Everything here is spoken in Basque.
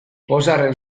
pozarren